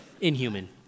inhuman